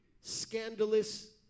scandalous